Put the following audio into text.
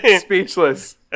Speechless